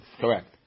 correct